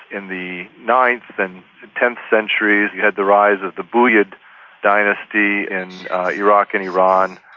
in the ninth and tenth centuries you had the rise of the buyid dynasty in iraq and iran,